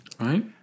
right